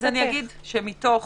מתוך